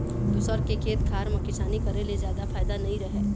दूसर के खेत खार म किसानी करे ले जादा फायदा नइ रहय